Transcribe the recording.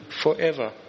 forever